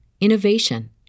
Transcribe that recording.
innovation